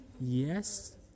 Yes